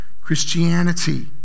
Christianity